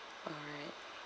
alright